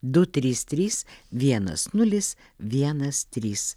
du trys trys vienas nulis vienas trys